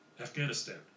Afghanistan